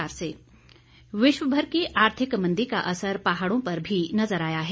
आर्थिक सर्वेक्षण विश्वभर की आर्थिक मंदी का असर पहाड़ों पर भी नजर आया है